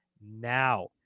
now